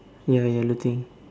ya ya looting